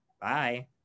Bye